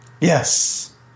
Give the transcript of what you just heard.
yes